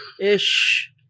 ish